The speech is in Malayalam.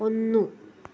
ഒന്നു